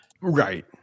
right